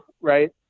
right